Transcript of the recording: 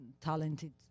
talented